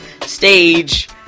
stage